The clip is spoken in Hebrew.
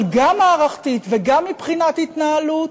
אבל גם מערכתית וגם מבחינת התנהלות,